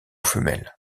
femelles